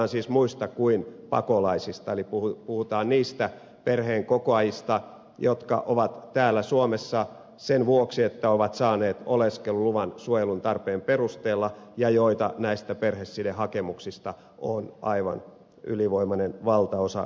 puhutaan siis muista kuin pakolaisista eli puhutaan niistä perheenkokoajista jotka ovat täällä suomessa sen vuoksi että ovat saaneet oleskeluluvan suojelun tarpeen perusteella ja joita näistä perhesidehakemuksista on aivan ylivoimainen valtaosa käsitykseni mukaan